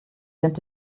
sind